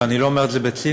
ואני לא אומר את זה בציניות,